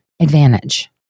advantage